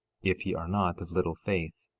if ye are not of little faith.